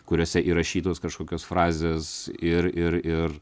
kuriuose įrašytos kažkokios frazės ir ir ir